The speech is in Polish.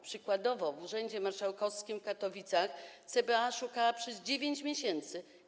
Przykładowo w urzędzie marszałkowskim w Katowicach CBA szukało przez 9 miesięcy.